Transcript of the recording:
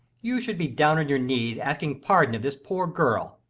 you should be down on your knees asking pardon of this poor girl,